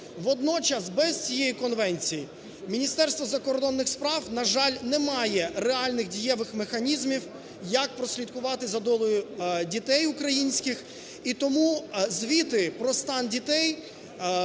Водночас без цієї конвенції Міністерство закордонних справ, на жаль, не має реальних дієвих механізмів як прослідкувати за долею дітей українських.